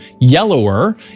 yellower